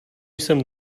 jsem